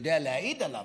יודע להעיד עליו,